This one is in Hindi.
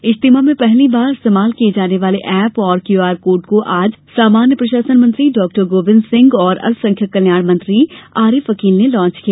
इज्तिमा में पहली बार इस्तेमाल किए जाने वाले एप और क्यूआर कोड को आज सामान्य प्रशासन मंत्री डॉ गोविंद सिंह और अल्पसंख्यक कल्याण मंत्री आरिफ अकील ने लॉच किया